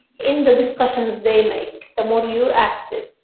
in the discussions they make, the more you are active,